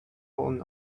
fallen